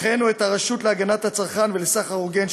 הנחינו את הרשות להגנת הצרכן ולסחר הוגן,